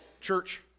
church